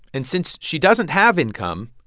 and since she doesn't have income,